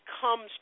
comes